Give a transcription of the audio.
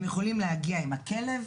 הם יכולים להגיע עם הכלב,